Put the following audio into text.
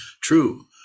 true